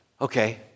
Okay